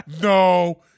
no